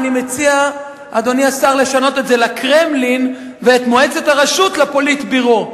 אני מציע לשנות את זה ל"קרמלין" ואת "מועצת הרשות" ל"פוליטביורו".